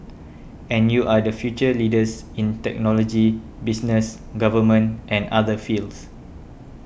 and you are the future leaders in technology business government and other fields